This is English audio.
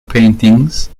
paintings